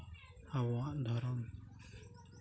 ᱟᱵᱚᱣᱟᱜ ᱫᱷᱚᱨᱚᱢ